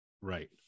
right